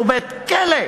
שהוא בית-כלא.